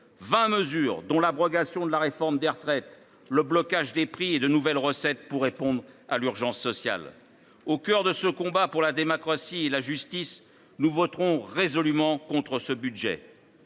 mesures, dont l’abrogation de la réforme des retraites, le blocage des prix et de nouvelles recettes pour répondre à l’urgence sociale. Engagés au cœur de ce combat pour la démocratie et la justice, nous voterons résolument contre ce budget.